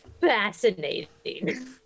fascinating